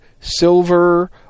silver